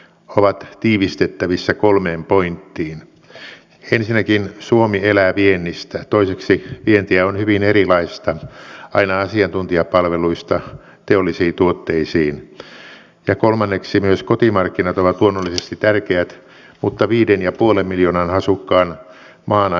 elikkä nyt sitten kiitän kaikkia keskusteluun osallistuneita erittäin hyvistä kommenteista ja tosiaan kyllä olen niihin tarttunut omalta osaltani ja ainakin itse koen että oli erittäin hyvä keskustelu ja hyviä huomioita täältä nousi esiin